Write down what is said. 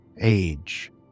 age